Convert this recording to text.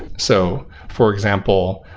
so for example,